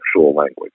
language